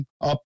up